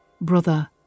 brother